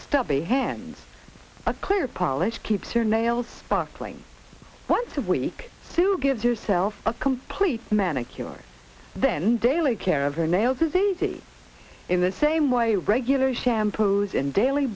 stubby hands a clear polish keeps her nails sparkling once a week to give herself a complete manicure then daily care of her nails is easy in the same way regular shampoos and da